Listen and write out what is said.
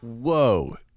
Whoa